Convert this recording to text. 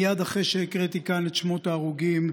מייד אחרי שהקראתי כאן את שמות ההרוגים,